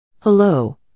Hello